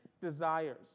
desires